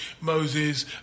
Moses